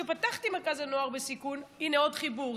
כשפתחתי מרכז לנוער בסיכון הינה עוד חיבור,